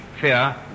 fear